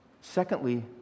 Secondly